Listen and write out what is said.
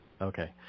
okay